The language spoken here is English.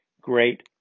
great